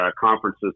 conferences